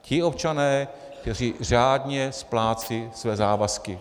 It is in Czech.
Ti občané, kteří řádně splácejí své závazky.